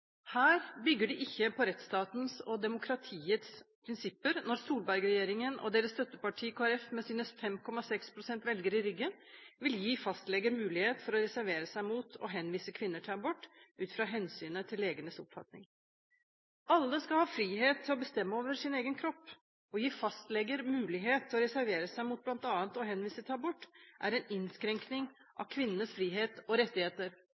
Her bygger de ikke på rettsstatens og demokratiets prinsipper, når Solberg-regjeringen og deres støtteparti Kristelig Folkeparti med sine 5,6 pst. velgere i ryggen, vil gi fastleger mulighet til å reservere seg mot å henvise kvinner til abort utfra hensynet til legenes oppfatning. Alle skal ha frihet til å bestemme over sin egen kropp. Å gi fastleger mulighet til å reservere seg mot bl.a. å henvise til abort, er en innskrenking av kvinnenes frihet og rettigheter.